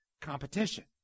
competition